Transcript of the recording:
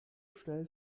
schnell